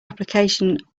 application